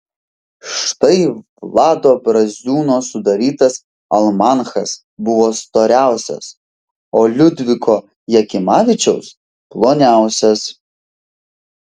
štai vlado braziūno sudarytas almanachas buvo storiausias o liudviko jakimavičiaus ploniausias